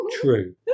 true